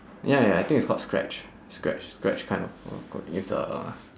ya ya I think it's called scratch scratch scratch kind of uh coding it's uh